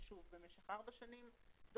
זה